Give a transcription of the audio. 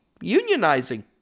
unionizing